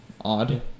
Odd